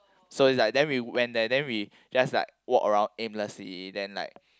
so it's like then we went there then we just like walk around aimlessly then like